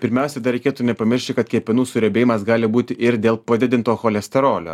pirmiausia dar reikėtų nepamiršti kad kepenų suriebėjimas gali būti ir dėl padidinto cholesterolio